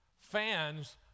Fans